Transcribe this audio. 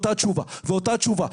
את אותה תשובה ואת אותה תשובה.